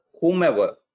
whomever